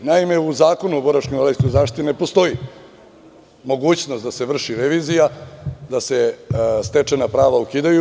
U Zakonu o boračko-invalidskoj zaštiti ne postoji mogućnost da se vrši revizija, da se stečena prava ukidaju.